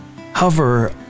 Hover